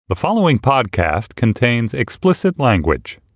the following podcast contains explicit language